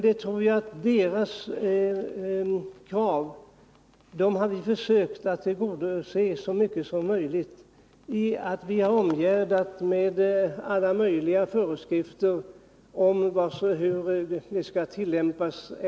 Men deras krav har vi försökt tillgodose i så stor utsträckning som möjligt genom att omgärda överenskommelsen med alla möjliga föreskrifter om hur den skall tillämpas.